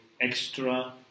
extra